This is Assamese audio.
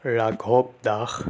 ৰাঘৱ দাস